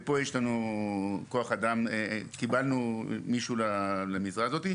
פה יש לנו כוח אדם, קיבלנו מישהו למשרה הזאת.